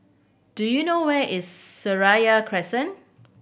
do you know where is Seraya Crescent